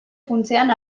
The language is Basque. funtsean